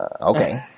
okay